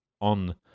on